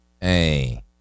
Hey